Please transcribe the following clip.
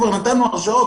כבר נתנו הרשאות,